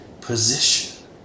position